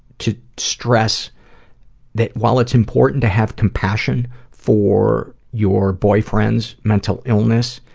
to stress that while it's important to have compassion for your boyfriend's mental illness,